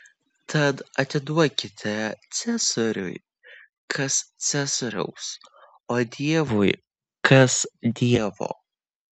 tad atiduokite ciesoriui kas ciesoriaus o dievui kas dievo